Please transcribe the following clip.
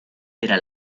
era